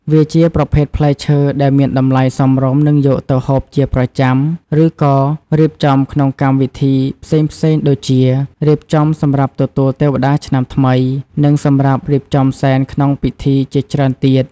វាជាប្រភេទផ្លែឈើដែលមានតម្លៃសមរម្យនិងយកទៅហូបជាប្រចាំ ឬក៏រៀបចំក្នុងកម្មវិធីផ្សេងៗដូចជា រៀបចំសម្រាប់ទទួលទេវតាឆ្នាំថ្មី និងសម្រាប់រៀបចំសែនក្នុងពិធីជាច្រើនទៀត។